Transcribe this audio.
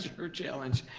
her challenge.